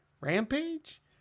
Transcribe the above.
rampage